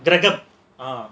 dragon ah